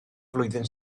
flwyddyn